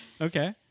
okay